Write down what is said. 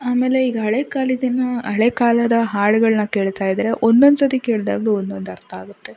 ಆಮೇಲೆ ಈಗ ಹಳೇ ಕಾಲದಿಂದ ಹಳೇ ಕಾಲದ ಹಾಡುಗಳನ್ನ ಕೇಳ್ತಾಯಿದ್ದರೆ ಒಂದೊಂದ್ಸರ್ತಿ ಕೇಳಿದಾಗ್ಲೂ ಒಂದೊಂದು ಅರ್ಥ ಆಗುತ್ತೆ